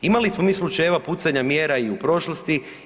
Imali smo mi slučajeva pucanja mjera i u prošlosti.